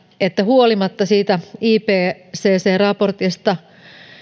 että huolimatta siitä ipcc raportista